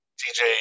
dj